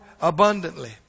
abundantly